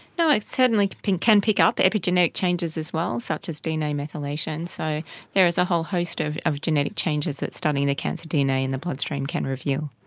no, it certainly can pick up epigenetic changes as well, such as dna methylation. so there is a whole host of of genetic changes that studying the cancer dna in the bloodstream can reveal.